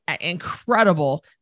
incredible